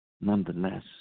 Nonetheless